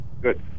Good